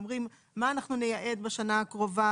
ואומרים מה אנחנו נייעד בשנה הקרובה